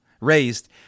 raised